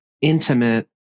intimate